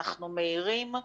אנחנו מעירים.